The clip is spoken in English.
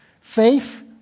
Faith